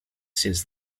since